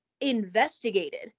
investigated